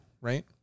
right